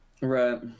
Right